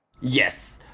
Yes